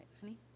honey